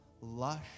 lush